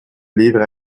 livrent